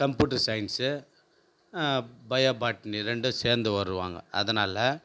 computer science bio botany ரெண்டும் சேர்ந்து வருவாங்க அதனால்